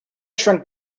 shrunk